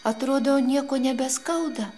atrodo nieko nebeskauda